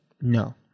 No